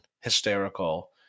hysterical